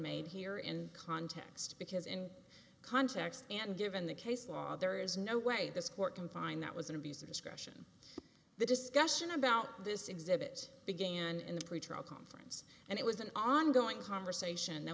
made here in context because in context and given the case law there is no way this court can find that was an abuse of discretion the discussion about this exhibit began in the pretrial conference and it was an ongoing conversation th